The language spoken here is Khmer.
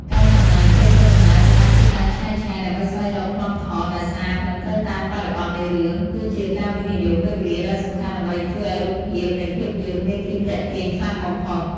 ការចំណាយពេលធ្វើដំណើរទៅកាន់ទីតាំងឆ្ងាយៗដើម្បីស្វែងរកប្លង់ថតដែលស្អាត និងត្រូវតាមបរិបទនៃរឿង គឺជាការវិនិយោគពេលវេលាដ៏សំខាន់ដើម្បីជួយឱ្យរូបភាពនៃភាពយន្តមានភាពទាក់ទាញខ្លាំងបំផុត។